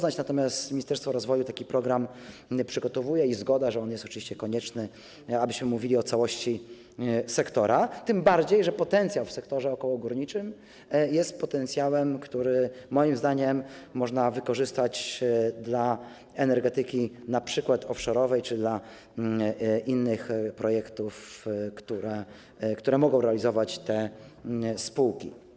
Natomiast ministerstwo rozwoju taki program przygotowuje i zgoda, że on jest oczywiście konieczny, abyśmy mówili o całości sektora, tym bardziej że potencjał w sektorze okołogórniczym jest potencjałem, który moim zdaniem można wykorzystać dla energetyki np. obszarowej czy dla innych projektów, które mogą realizować te spółki.